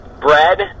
bread